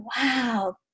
wow